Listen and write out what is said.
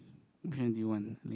what kind do you want